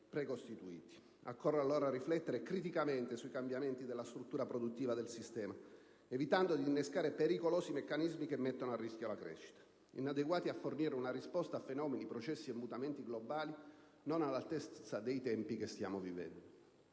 precostituiti. Occorre allora riflettere criticamente sui cambiamenti della struttura produttiva del sistema, evitando di innescare pericolosi meccanismi che mettano a rischio la crescita, inadeguati a fornire una risposta a fenomeni, processi e mutamenti globali, non all'altezza dei tempi che stiamo vivendo.